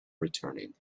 returning